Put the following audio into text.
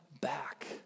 back